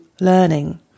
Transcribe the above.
learning